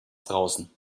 draußen